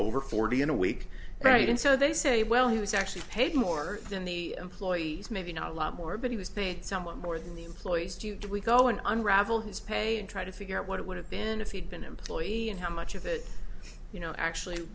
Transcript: over forty in a week right and so they say well he was actually paid more than the employees maybe not a lot more but he was paid somewhat more than the employees do you did we go and unravel his pay and try to figure out what it would have been if he'd been employee and how much of it you know actually